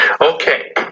Okay